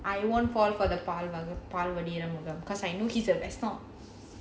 I won't fall for the பால்வாடி:paalvaadi because I know he is an best